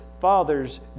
father's